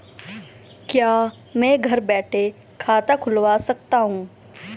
क्या मैं घर बैठे खाता खुलवा सकता हूँ?